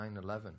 9-11